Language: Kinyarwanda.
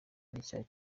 n’icyaha